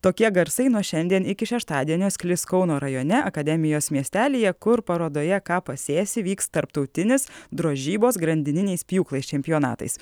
tokie garsai nuo šiandien iki šeštadienio sklis kauno rajone akademijos miestelyje kur parodoje ką pasėsi vyks tarptautinis drožybos grandininiais pjūklais čempionatais